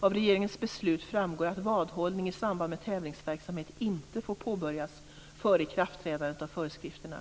Av regeringens beslut framgår att vadhållning i samband med tävlingsverksamhet inte får påbörjas före ikraftträdandet av föreskrifterna.